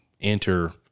enter